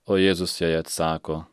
o jėzus jai atsako